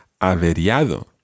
averiado